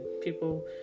people